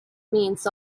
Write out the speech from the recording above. means